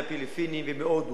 מהפיליפינים ומהודו.